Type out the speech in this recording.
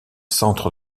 centre